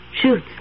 Shoot